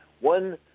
One